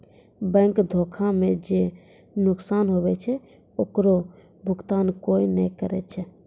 bank धोखा मे जे नुकसान हुवै छै ओकरो भुकतान कोय नै करै छै